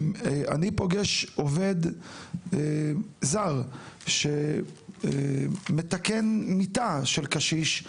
שכשאני פוגש עובד זר שמתקן מיטה של קשיש,